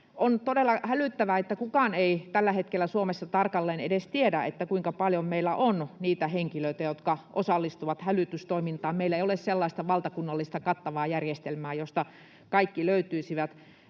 On todella hälyttävää, että kukaan ei tällä hetkellä Suomessa tarkalleen edes tiedä, kuinka paljon meillä on niitä henkilöitä, jotka osallistuvat hälytystoimintaan. Meillä ei ole sellaista valtakunnallista kattavaa järjestelmää, josta kaikki löytyisivät.